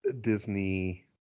Disney